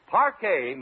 Parquet